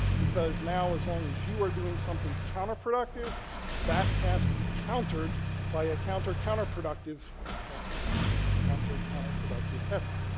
because now as long as you are doing something counterproductive that has to be countered by a counter counterproductive effort. yes, counter counterproductive effort.